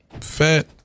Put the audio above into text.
Fat